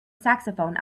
saxophone